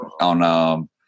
on